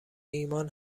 ایمان